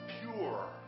pure